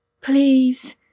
Please